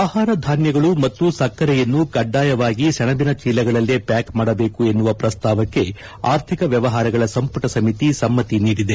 ಆಹಾರ ಧಾನ್ಯಗಳು ಮತ್ತು ಸಕ್ಕರೆಯನ್ನು ಕಡ್ಡಾಯವಾಗಿ ಸೆಣಬಿನ ಚೀಲಗಳಲ್ಲೇ ಪ್ಯಾಕ್ ಮಾಡಬೇಕು ಎನ್ನುವ ಪ್ರಸ್ತಾವಕ್ಕೆ ಆರ್ಥಿಕ ವ್ಯವಹಾರಗಳ ಸಂಪುಟ ಸಮಿತಿ ಸಮ್ಮತಿ ನೀಡಿದೆ